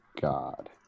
God